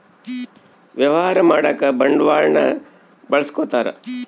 ವ್ಯವಹಾರ ಮಾಡಕ ಬಂಡವಾಳನ್ನ ಬಳಸ್ಕೊತಾರ